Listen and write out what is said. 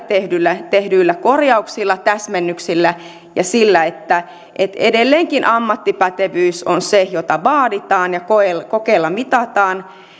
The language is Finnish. tehdyillä tehdyillä korjauksilla täsmennyksillä ja sillä että että edelleenkin ammattipätevyys on se jota vaaditaan ja kokeella mitataan